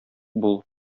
бул